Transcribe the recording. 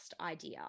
idea